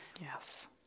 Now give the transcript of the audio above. Yes